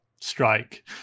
strike